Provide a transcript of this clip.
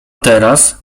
teraz